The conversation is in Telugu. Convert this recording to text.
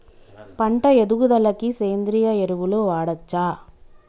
పంట ఎదుగుదలకి సేంద్రీయ ఎరువులు వాడచ్చా?